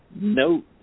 No